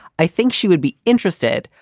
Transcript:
i think she would be interested,